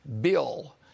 bill